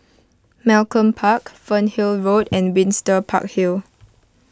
Malcolm Park Fernhill Road and Windsor Park Hill